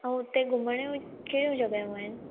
ऐं उते घुमण में कहिॾियूं जॻहियूं आहिनि